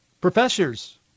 professors